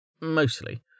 mostly